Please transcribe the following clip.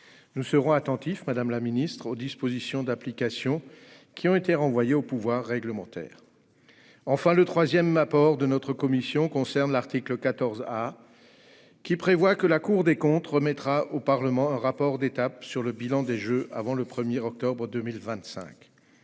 Nous serons attentifs, madame la ministre, aux dispositions d'application renvoyées au pouvoir réglementaire. Enfin, mon troisième point de satisfaction concerne l'article 14 A qui prévoit que la Cour des comptes remettra au Parlement un rapport d'étape sur le bilan des Jeux avant le 1 octobre 2025.